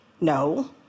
No